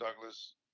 Douglas